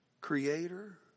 Creator